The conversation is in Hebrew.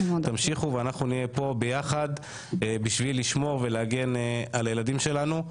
תמשיכו ואנחנו נהיה פה ביחד בשביל לשמור ולהגן על הילדים שלנו.